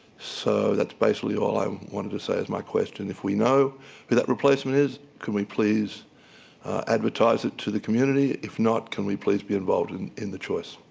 so that's basically all i um wanted to say as my question. if we know who that replacement is, can we please advertise it to the community? if not, can we please be involved in in the choice?